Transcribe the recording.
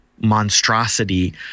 monstrosity